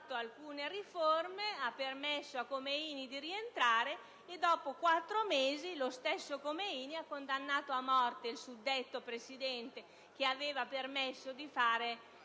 adottate alcune riforme, è stato permesso a Khomeini di rientrare e, dopo quattro mesi, lo stesso Khomeini ha condannato a morte il presidente che aveva permesso di fare